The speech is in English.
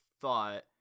thought